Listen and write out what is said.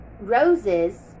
roses